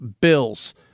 Bills